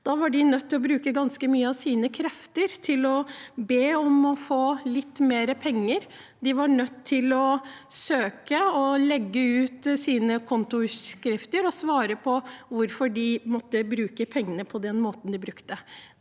Da var de nødt til å bruke ganske mye av sine krefter til å be om å få litt mer penger. De var nødt til å søke, legge ved sine kontoutskrifter og svare på hvorfor de måtte bruke pengene på den måten de gjorde.